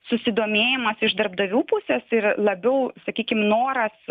susidomėjimas iš darbdavių pusės yra labiau sakykime noras